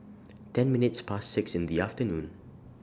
ten minutes Past six in The afternoon